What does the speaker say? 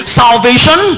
salvation